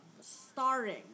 Starring